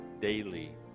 daily